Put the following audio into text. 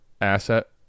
asset